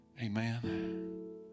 Amen